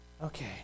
okay